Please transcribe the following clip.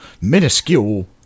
minuscule